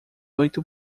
oito